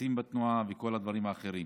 עומסים בתנועה וכל הדברים האחרים,